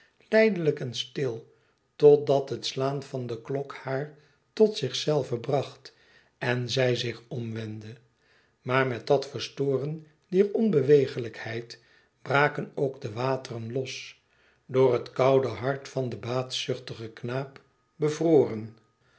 lijdelijk en stil totdat het slaan van dp klok haar tot zich zelve bracht en zij zich omwendde maar met dat verstoren dier onbeweeglijkheid braken ook de wateren los door het koude hart van den baatzuchtigen knaap bevroren